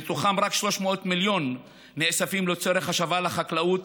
ומתוכם רק 300 מיליון נאספים לצורך השבה לחקלאות.